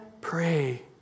pray